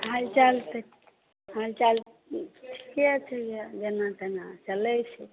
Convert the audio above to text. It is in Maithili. हालचाल तऽ ठीके छै जेना तेना चलैत छै